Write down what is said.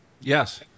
Yes